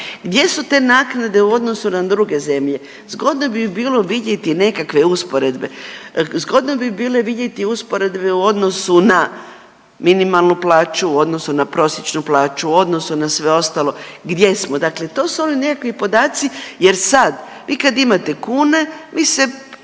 Gdje su te naknade u odnosu na druge zemlje? Zgodno bi bilo vidjeti nekakve usporedbe. Zgodno bi bilo vidjeti usporedbe u odnosu na minimalnu plaću, u odnosu na prosječnu plaću, u odnosu na sve ostalo gdje smo. Dakle, to su oni nekakvi podaci jer sad vi kad imate kune, vi ste,